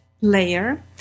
layer